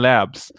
Labs